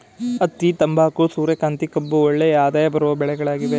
ಹತ್ತಿ, ತಂಬಾಕು, ಸೂರ್ಯಕಾಂತಿ, ಕಬ್ಬು ಒಳ್ಳೆಯ ಆದಾಯ ಬರುವ ಬೆಳೆಗಳಾಗಿವೆ